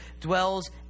dwells